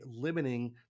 limiting